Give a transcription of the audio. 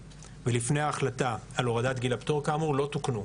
ולפני ההחלטה על העלאת גיל הפטור כאמור - לא תוקנו,